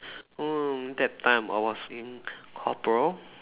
mm that time I was in corporal